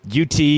UT